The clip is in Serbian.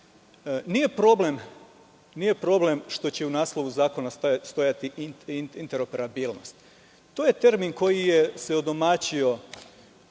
Nije problem što će u naslovu zakona stajati interoperabilnost, to je termin koji se odomaćio.